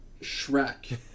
Shrek